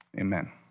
Amen